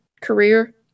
career